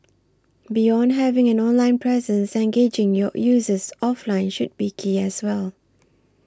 beyond having an online presence engaging your users offline should be key as well